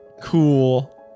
cool